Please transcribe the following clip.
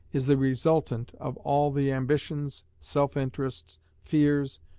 is the resultant of all the ambitions, self-interests, fears,